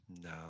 No